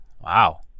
wow